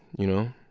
you know?